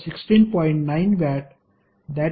77 cos 19